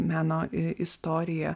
meno istoriją